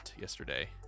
yesterday